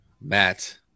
Matt